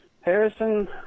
Harrison